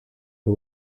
who